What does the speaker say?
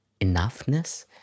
enoughness